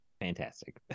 Fantastic